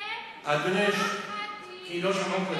כי לא שמעו.